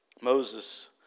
Moses